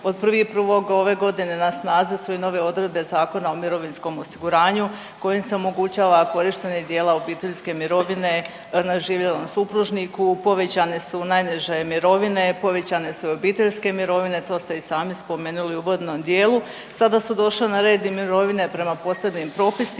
Od 1.1. ove godine na snazi su i nove odredbe Zakona o mirovinskom osiguranju kojim se omogućava korištenje dijela obiteljske mirovine nadživjelom supružniku, povećane su najniže mirovine, povećane su i obiteljske mirovine, to ste i sami spomenuli u uvodnom dijelu. Sada su došle na red i mirovine prema posebnim propisima